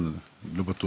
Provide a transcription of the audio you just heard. אבל אני לא בטוח